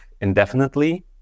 indefinitely